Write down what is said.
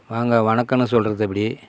வாங்க வணக்கம்னு சொல்கிறது எப்படி